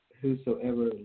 whosoever